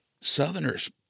Southerners